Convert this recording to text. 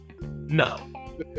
No